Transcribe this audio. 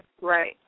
Right